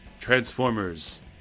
Transformers